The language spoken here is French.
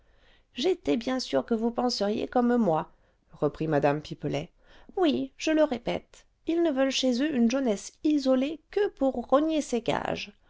j'étais bien sûre que vous penseriez comme moi reprit mme pipelet oui je le répète ils ne veulent chez eux une jeunesse isolée que pour rogner ses gages